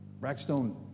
Brackstone